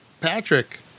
Patrick